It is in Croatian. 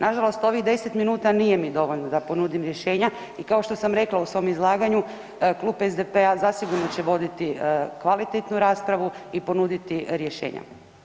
Nažalost ovih 10 minuta nije mi dovoljno da ponudim rješenja i kao što sam rekla u svom izlaganju klub SDP-a zasigurno će voditi kvalitetnu raspravu i ponuditi rješenja.